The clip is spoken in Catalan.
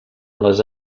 les